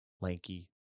Lanky